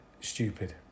stupid